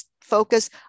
focus